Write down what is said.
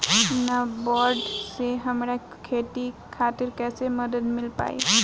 नाबार्ड से हमरा खेती खातिर कैसे मदद मिल पायी?